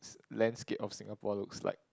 landscape of Singapore looks like